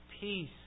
peace